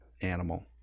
animal